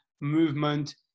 movement